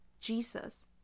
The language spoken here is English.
Jesus